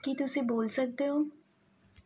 ਕੀ ਤੁਸੀਂ ਬੋਲ ਸਕਦੇ ਹੋ